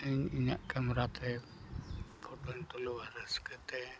ᱤᱧ ᱤᱧᱟᱹᱜ ᱠᱮᱢᱨᱟᱛᱮ ᱯᱷᱳᱴᱳᱧ ᱛᱩᱞᱟᱹᱣᱟ ᱨᱟᱹᱥᱠᱟᱹᱛᱮ